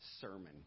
Sermon